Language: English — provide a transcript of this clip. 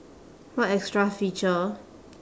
what extra feature